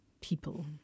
people